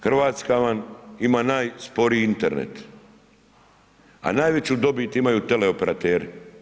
Hrvatska vam ima najsporiji Internet, a najveću dobit imaju teleoperateri.